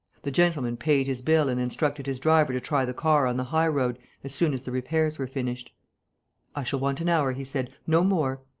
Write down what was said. the gentleman paid his bill and instructed his driver to try the car on the high-road as soon as the repairs were finished i shall want an hour, he said, no more.